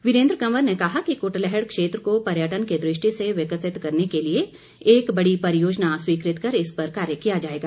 वीरेन्द्र कंवर ने कहा कि कुटलैहड़ क्षेत्र को पर्यटन की दृष्टि से विकसित करने के लिए एक बड़ी परियोजना स्वीकृत कर इस पर कार्य किया जाएगा